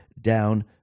down